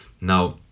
Now